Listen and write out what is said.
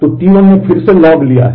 तो T1 ने फिर से लॉग लिया है